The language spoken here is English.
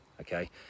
okay